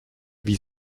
wie